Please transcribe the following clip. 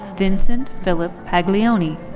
vincent philip paglioni.